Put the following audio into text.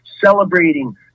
celebrating